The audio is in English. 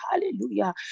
Hallelujah